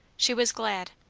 she was glad.